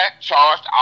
charged